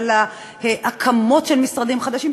על ההקמות של משרדים חדשים,